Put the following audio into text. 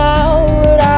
out